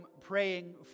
praying